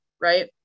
right